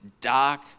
dark